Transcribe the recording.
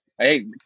hey